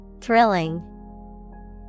Thrilling